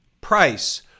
price